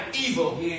evil